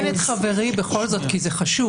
אני רק אתקן את חברי, בכל זאת כי זה חשוב.